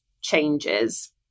changes